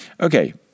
Okay